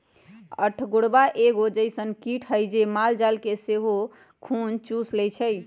अठगोरबा एगो अइसन किट हइ जे माल जाल के देह से खुन चुस लेइ छइ